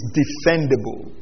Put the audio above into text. defendable